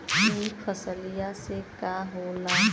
ई फसलिया से का होला?